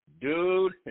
Dude